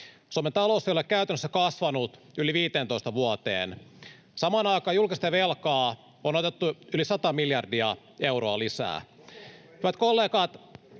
Suomen talous ei ole käytännössä kasvanut yli 15 vuoteen. Samaan aikaan julkista velkaa on otettu yli sata miljardia euroa lisää. [Aki